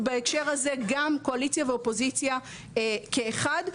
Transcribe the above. ובהקשר הזה גם קואליציה ואופוזיציה כאחד.